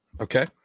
Okay